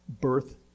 birth